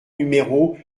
numéro